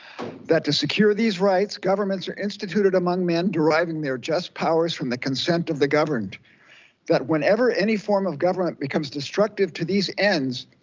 that to secure these rights, governments are instituted among men deriving their just powers from the consent of the governed that whenever any form of government becomes destructive to these ends,